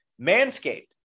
manscaped